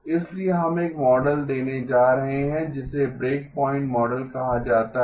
इसलिए हम एक मॉडल देने जा रहे हैं जिसे ब्रेकप्वाइंट मॉडल कहा जाता है